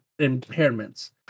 impairments